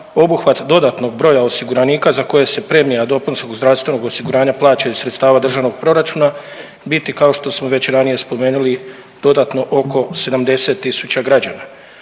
obuhvat dodatnog broja osiguranika za koje se premija dopunskog zdravstvenog osiguranja plaća iz sredstava državnog proračuna biti kao što smo već ranije spomenuli dodatno oko 70000 građana.